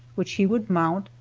which he would mount,